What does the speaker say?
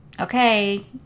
okay